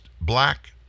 black